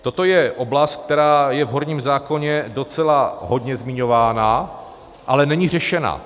Toto je oblast, která je v horním zákoně docela hodně zmiňována, ale není řešena.